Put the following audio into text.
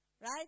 Right